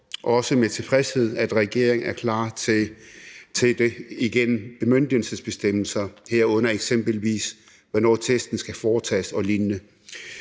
også med tilfredshed, at regeringen er klar til at indføre bemyndigelsesbestemmelser igen, herunder eksempelvis om, hvornår testen skal foretages og lignende.